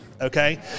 okay